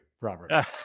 Robert